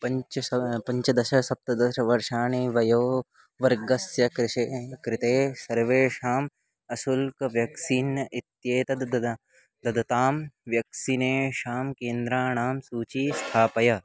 पञ्चदश पञ्चदशसप्तदशवर्षाणि वयोवर्गस्य कृते कृते सर्वेषाम् अशुल्कं व्याक्सीन् इत्येतद् ददतां ददतां व्यक्सिनेषां केन्द्राणां सूची स्थापय